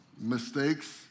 Mistakes